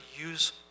use